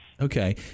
Okay